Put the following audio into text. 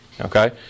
okay